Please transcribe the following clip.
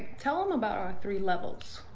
tell them about our three levels,